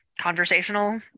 conversational